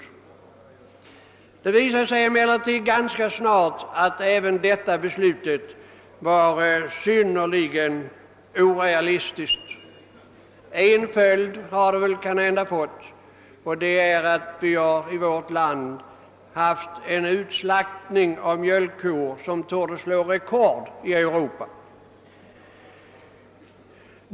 Det visade sig emellertid ganska snart att även detta beslut var synnerligen orealistiskt. En följd har det kanske fått — utslaktningen av mjölkkor i detta land torde slå rekord i Europa.